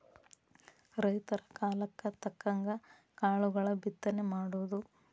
ರೈತರ ಕಾಲಕ್ಕ ತಕ್ಕಂಗ ಕಾಳುಗಳ ಬಿತ್ತನೆ ಮಾಡುದು